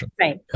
Right